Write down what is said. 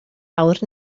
awr